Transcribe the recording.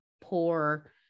poor